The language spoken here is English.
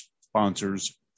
sponsors